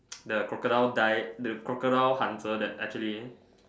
the crocodile die the crocodile answer this actually